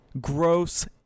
gross